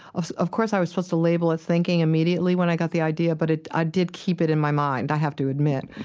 of of course, i was supposed to label a thinking immediately when i got the idea, but i did keep it in my mind, i have to admit.